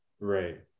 Right